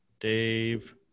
Dave